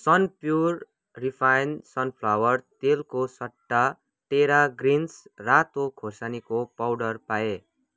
Sunpure refine sunflower तेलको सट्टा Terra Greens रातो खोर्सानीको पाउडर पाएँ